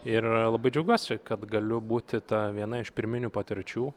ir labai džiaugiuosi kad galiu būti ta viena iš pirminių patirčių